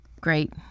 great